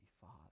Father